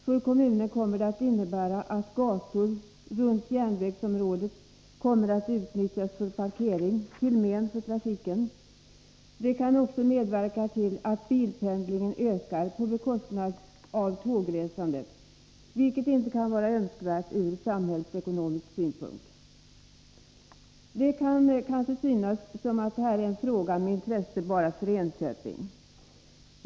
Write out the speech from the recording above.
För kommunen kommer det att innebära att gatorna runt järnvägsområdet utnyttjas för parkering till men för trafiken. Det kan också medverka till att bilpendlingen ökar på bekostnad av tågresandet, vilket inte kan vara önskvärt från samhällsekonomisk synpunkt. Det kan kanske synas som att detta är en fråga av intresse bara för Enköping.